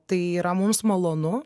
tai yra mums malonu